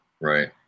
right